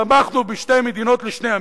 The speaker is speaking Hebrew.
תמכנו בשתי מדינות לשני עמים.